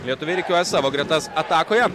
lietuviai rikiuoja savo gretas atakoje